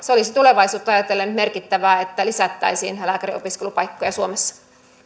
olisi tulevaisuutta ajatellen merkittävää että lisättäisiin lääkärinopiskelupaikkoja suomessa